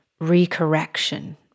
recorrection